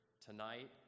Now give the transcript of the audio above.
tonight